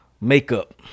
makeup